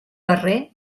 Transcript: guerrer